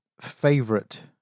favorite